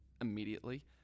immediately